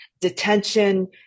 detention